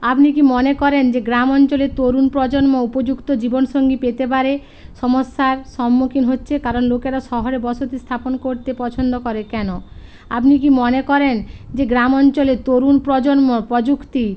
আপনি কি মনে করেন যে গ্রাম অঞ্চলের তরুণ প্রজন্ম উপযুক্ত জীবনসঙ্গী পেতে পারে সমস্যার সম্মুখীন হচ্ছে কারণ লোকেরা শহরে বসতি স্থাপন করতে পছন্দ করে কেন আপনি কি মনে করেন যে গ্রাম অঞ্চলে তরুণ প্রজন্ম প্রযুক্তি